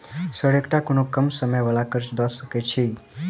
Sir एकटा कोनो कम समय वला कर्जा दऽ सकै छी?